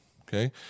okay